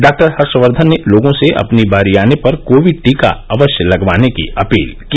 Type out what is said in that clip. डॉ हर्षवर्धन ने लोगों से अपनी बारी आने पर कोविड टीका अवश्य लगवाने की अपील की